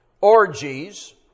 orgies